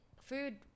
food